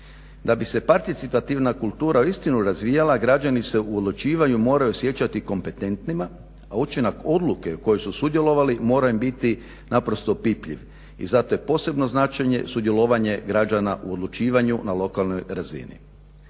Da bi se participativna kultura uistinu razvija građani se u odlučivanju moraju sjećati kompetentnima a učinak odluke koje su sudjelovali mora im biti naprosto pipljiv i zato je posebno značajno sudjelovanje građana u odlučivanju na lokalnoj razini.